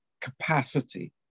capacity